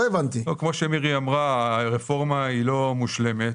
כמו שמירי אמרה, הרפורמה לא מושלמת